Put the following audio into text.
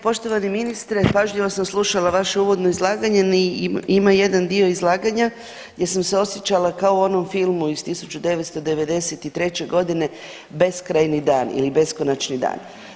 Poštovani ministre, pažljivo sam slušala vaše uvodno izlaganje i ima jedan dio izlaganja gdje sam se osjećala kao u onom filmu iz 1993. g. Beskrajni dan ili Beskonačni dan.